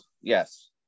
Yes